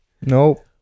no